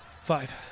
Five